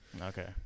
Okay